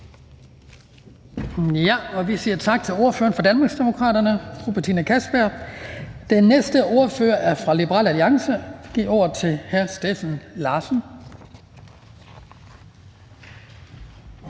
Vi siger tak til ordføreren for Danmarksdemokraterne, fru Betina Kastbjerg. Den næste ordfører er fra Liberal Alliance, så jeg vil give ordet til hr. Steffen Larsen.